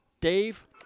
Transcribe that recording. Dave